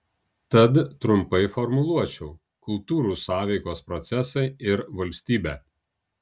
tad trumpai formuluočiau kultūrų sąveikos procesai ir valstybė